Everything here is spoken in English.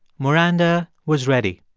maranda was ready.